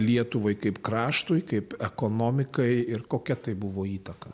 lietuvai kaip kraštui kaip ekonomikai ir kokia tai buvo įtaka